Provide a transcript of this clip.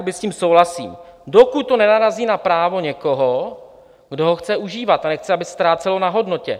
S tím souhlasím, dokud to nenarazí na právo někoho, kdo ho chce užívat, a nechce, aby ztrácel na hodnotě.